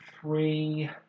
three